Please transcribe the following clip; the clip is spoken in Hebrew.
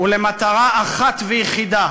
ולמטרה אחת ויחידה: